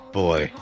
boy